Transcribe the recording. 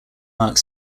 mark